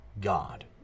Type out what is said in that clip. God